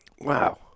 Wow